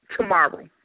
tomorrow